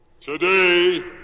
Today